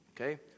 okay